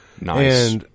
Nice